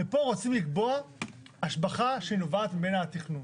ופה רוצים לקבוע השבחה שהיא נובעת ממנה התכנון.